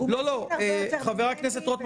אני לא עושה הפסקה בדיון,